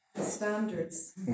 standards